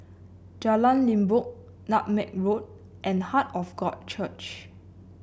Jalan Limbok Nutmeg Road and Heart of God Church